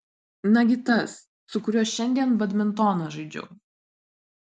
nagi tas su kuriuo šiandien badmintoną žaidžiau